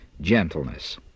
gentleness